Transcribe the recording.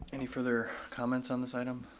any further comments on this item?